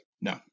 No